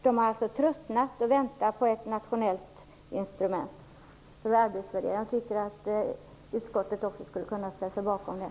De har tröttnat på att vänta på ett nationellt instrument för arbetsvärdering. Jag tycker att också utskottet skulle ha ställt sig bakom det.